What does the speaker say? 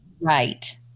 Right